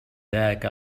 ذاك